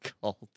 cult